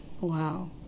Wow